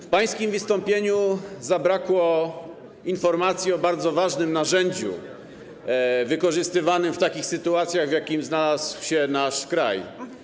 W pańskim wystąpieniu zabrakło informacji o bardzo ważnym narzędziu wykorzystywanym w takich sytuacjach, w jakiej znalazł się nasz kraj.